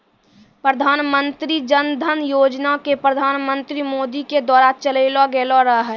प्रधानमन्त्री जन धन योजना के प्रधानमन्त्री मोदी के द्वारा चलैलो गेलो रहै